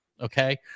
okay